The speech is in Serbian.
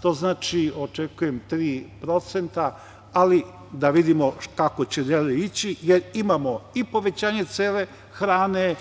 to znači da očekujem 3%, ali da vidimo kako će ići, jer imamo i povećanje cena hrane,